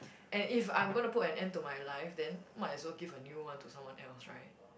and if I'm gonna to put an end to my life then might as well give a new one to someone else right